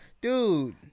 dude